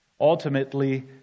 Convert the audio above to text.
Ultimately